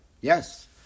yes